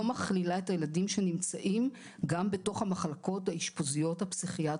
מכלילה את הילדים שנמצאים גם בתוך המחלקות האשפוזיות הפסיכיאטריות.